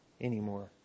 anymore